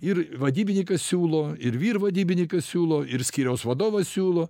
ir vadybinikas siūlo ir vyr vadybinikas siūlo ir skyriaus vadovas siūlo